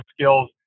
skills